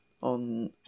on